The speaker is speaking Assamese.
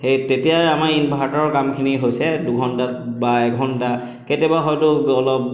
সেই তেতিয়াই আমাৰ ইনভাৰ্টাৰৰ কামখিনি হৈছে দুঘণ্টাত বা এঘণ্টা কেতিয়াবা হয়তো অলপ